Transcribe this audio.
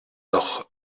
doch